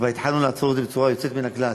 כבר התחלנו לעצור את זה בצורה יוצאת מן הכלל.